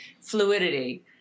fluidity